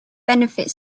benefit